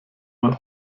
mal